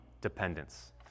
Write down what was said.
dependence